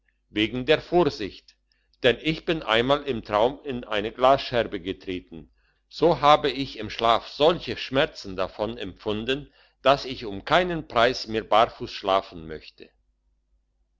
wegen der vorsicht denn ich bin einmal im traum in eine glasscherbe getreten so habe ich im schlaf solche schmerzen davon empfunden dass ich um keinen preis mehr barfuss schlafen möchte